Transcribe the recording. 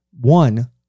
one